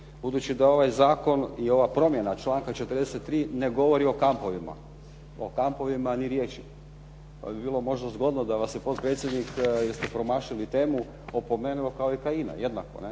Budući da ovaj zakon i ova promjena članka 43. ne govori o kampovima, o kampovima ni riječi, pa bi bilo možda zgodno da vas se potpredsjednik, jer ste promašili temu opomenuo kao i Kajina jednako. Ne?